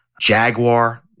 Jaguar